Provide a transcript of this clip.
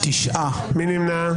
מי נמנע?